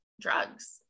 drugs